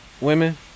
women